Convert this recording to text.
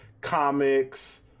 comics